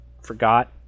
forgot